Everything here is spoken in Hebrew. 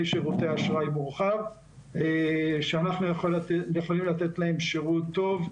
שירותי אשראי מורחב שאנחנו יכולים לתת להם שירות טוב,